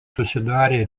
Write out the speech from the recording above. susidarė